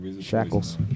Shackles